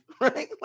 right